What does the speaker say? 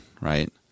right